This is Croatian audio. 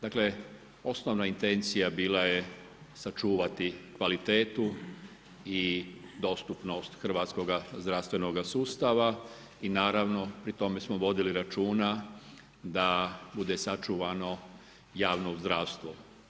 Dakle osnovna intencija bila je sačuvati kvalitetu i dostupnost hrvatskoga zdravstvenoga sustava i naravno pri tome smo vodili računa da bude sačuvano javno zdravstvo.